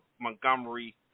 Montgomery